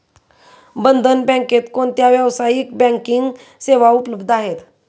बंधन बँकेत कोणत्या व्यावसायिक बँकिंग सेवा उपलब्ध आहेत?